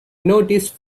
noticed